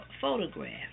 photograph